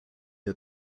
der